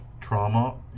trauma